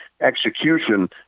execution